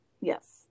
Yes